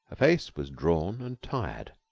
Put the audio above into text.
face was drawn and tired.